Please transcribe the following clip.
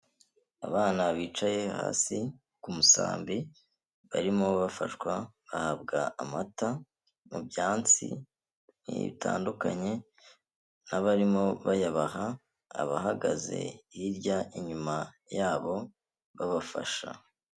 Abana bicaye hasi ku musambi barimo bafashwa bahabwa amata mu byansi bitandukanye n'abarimo bayabaha, abahagaze hirya inyuma yabo babafasha.